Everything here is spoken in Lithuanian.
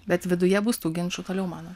bet viduje bus tų ginčų toliau manot